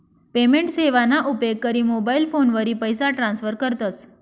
payment सेवाना उपेग करी मोबाईल फोनवरी पैसा ट्रान्स्फर करतस